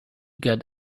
got